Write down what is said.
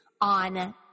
on